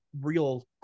real